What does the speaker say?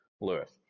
Lewis